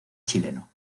chileno